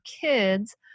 kids